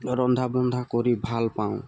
ৰন্ধা বন্ধা কৰি ভাল পাওঁ